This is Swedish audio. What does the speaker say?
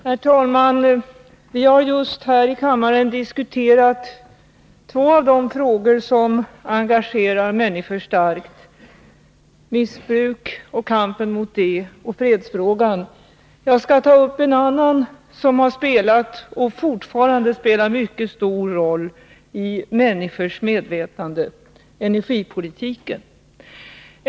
Herr talman! Vi har här i kammaren just diskuterat två av de frågor som engagerar människor starkt — missbruk och kampen mot det samt fredsfrågan. Jag skall ta upp en annan fråga som spelat och fortfarande spelar mycket stor roll i människors medvetande — energipolitiken.